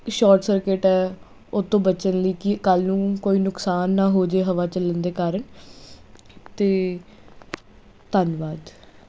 short circuit ਆ ਉਹ ਤੋਂ ਬਚਣ ਲਈ ਕਿ ਕੱਲ੍ਹ ਨੂੰ ਕੋਈ ਨੁਕਸਾਨ ਨਾ ਹੋ ਜਾਏ ਹਵਾ ਚੱਲਣ ਦੇ ਕਾਰਨ ਅਤੇ ਧੰਨਵਾਦ